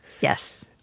Yes